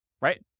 right